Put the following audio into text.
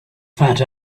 fat